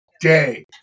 day